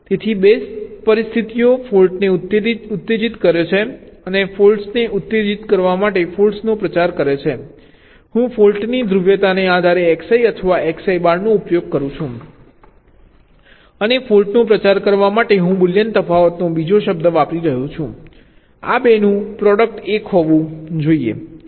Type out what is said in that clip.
તેથી 2 પરિસ્થિતિઓ ફોલ્ટ્ને ઉત્તેજિત કરે છે અને ફોલ્ટ્ને ઉત્તેજિત કરવા માટે ફોલ્ટ્નો પ્રચાર કરે છે હું ફોલ્ટ્ની ધ્રુવીયતાને આધારે Xi અથવા Xi બારનો ઉપયોગ કરું છું અને ફોલ્ટ્નો પ્રચાર કરવા માટે હું બુલિયન તફાવતનો બીજો શબ્દ વાપરી રહ્યો છું આ 2 નું પ્રોડક્ટ 1 હોવું જોઈએ